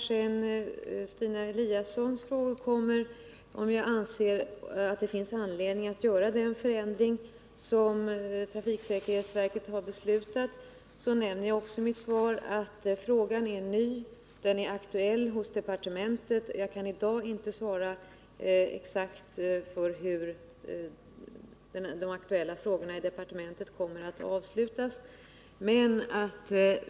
Stina Eliasson frågade om jag anser att det finns anledning att göra den förändring som trafiksäkerhetsverket beslutat, och jag vill även när det gäller den frågan hänvisa till svaret. Jag nämnde där att frågan om lokaliseringen av uppkörningsställen är ny och att den är aktuell hos departementet. Jag kan i dag inte redogöra för hur de frågor som nu har aktualiserats i departementet ' kommer att slutföras.